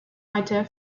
writer